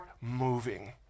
moving